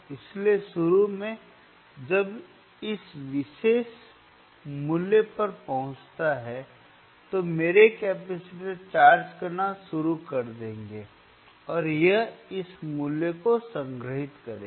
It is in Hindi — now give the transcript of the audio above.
इसलिए शुरू में जब यह इस विशेष मूल्य पर पहुंचता है तो मेरे कैपेसिटर चार्ज करना शुरू कर देंगे और यह इस मूल्य को संग्रहीत करेगा